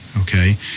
okay